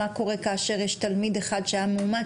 מה קורה כאשר יש תלמיד אחד שהיה מאומת,